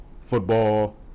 football